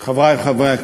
את חברי לוועדת